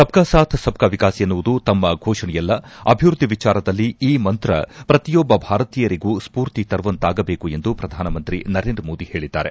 ಸಬ್ ಕಾ ಸಾಥ್ ಸಬ್ ಕಾ ವಿಕಾಸ್ ಎನ್ನುವುದು ಕೇವಲ ಘೋಷಣೆಯಲ್ಲ ಅಭಿವೃದ್ದಿ ವಿಚಾರದಲ್ಲಿ ಈ ಮಂತ್ರ ಪ್ರತಿಯೊಬ್ಲ ಭಾರತೀಯರಿಗೂ ಸ್ಪೂರ್ತಿ ತರುವಂತಾಗಬೇಕು ಎಂದು ಪ್ರಧಾನಮಂತ್ರಿ ನರೇಂದ್ರ ಮೋದಿ ಹೇಳಿದ್ದಾರೆ